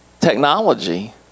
technology